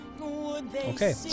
Okay